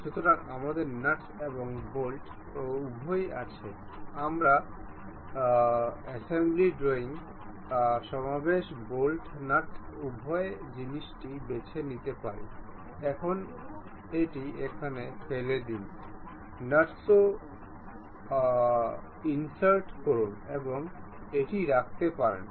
সুতরাং আমাদের নাট এবং বোল্ট উভয়ই আছে আমরা অ্যাসেম্বলি ড্রয়িং সমাবেশ বোল্ট নাট উভয় জিনিসই বেছে নিতে পারি এটি এখানে ফেলে দিন নাটও ইনসার্ট করুন এবং এটি রাখতে পারেন